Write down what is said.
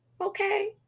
Okay